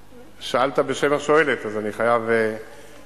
שאלת בשם השואלת, אז אני חייב לומר.